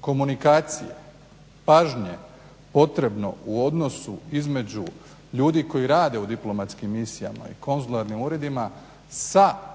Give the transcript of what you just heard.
komunikacije, pažnje potrebno u odnosu između ljudi koji rade u diplomatskim misijama i konzularnim uredima sa hrvatskim